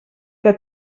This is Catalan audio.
que